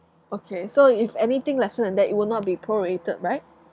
okay so if anything lesser than that it would not be prorated right